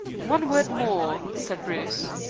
one word more, said bruce.